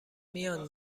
میان